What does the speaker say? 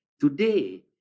today